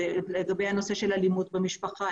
לגבי הנושא של אלימות במשפחה,